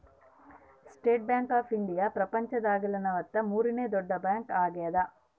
state Bank of India ಪ್ರಪಂಚ ದಾಗ ನಲವತ್ತ ಮೂರನೆ ದೊಡ್ಡ ಬ್ಯಾಂಕ್ ಆಗ್ಯಾದ